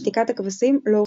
"שתיקת הכבישים" לא הוחזרה.